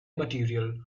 material